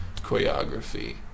choreography